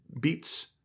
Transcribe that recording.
beats